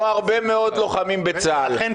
--- לעם ישראל לא פחות ממך.